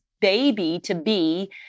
baby-to-be